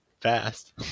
fast